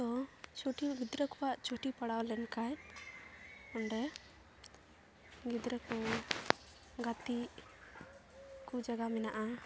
ᱛᱚ ᱪᱷᱩᱴᱤ ᱜᱤᱫᱽᱨᱟᱹ ᱠᱚᱣᱟᱜ ᱪᱷᱩᱴᱤ ᱯᱟᱲᱟᱣ ᱞᱮᱱᱠᱷᱟᱱ ᱚᱸᱰᱮ ᱜᱤᱫᱽᱨᱟᱹ ᱠᱚ ᱜᱟᱛᱮᱜ ᱠᱚ ᱡᱟᱭᱜᱟ ᱢᱮᱱᱟᱜᱼᱟ